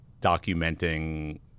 documenting